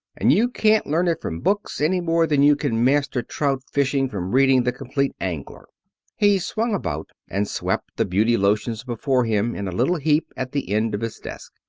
and you can't learn it from books, any more than you can master trout fishing from reading the complete angler he swung about and swept the beauty lotions before him in a little heap at the end of his desk.